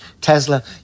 Tesla